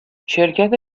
شرکت